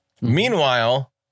Meanwhile